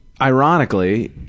Ironically